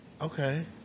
Okay